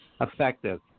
effective